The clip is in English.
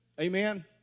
Amen